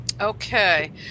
Okay